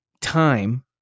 time